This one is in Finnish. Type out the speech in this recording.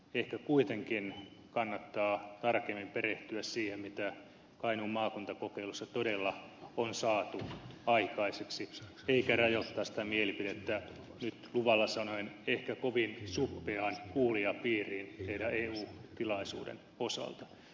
ehkä kuitenkin kannattaa tarkemmin perehtyä siihen mitä kainuun maakuntakokeilussa todella on saatu aikaiseksi eikä rajoittaa sitä mielipidettä nyt luvalla sanoen ehkä kovin suppeaan kuulijapiiriin teidän eu tilaisuuden osalta